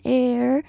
air